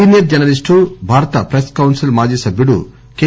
senior journalist Bharat press council మాజీ సభ్యుడు K